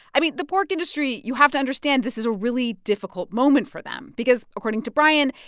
i mean, the pork industry, you have to understand, this is a really difficult moment for them because, according to brian,